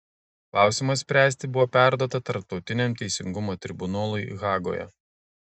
klausimą spręsti buvo perduota tarptautiniam teisingumo tribunolui hagoje